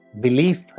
belief